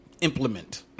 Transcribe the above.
implement